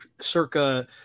circa